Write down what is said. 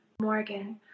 Morgan